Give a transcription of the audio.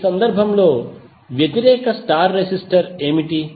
కాబట్టి ఈ సందర్భంలో వ్యతిరేక స్టార్ రెసిస్టర్ ఏమిటి